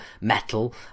metal